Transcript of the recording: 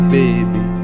baby